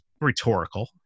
rhetorical